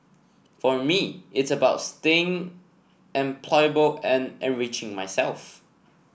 for me it's about staying employable and enriching myself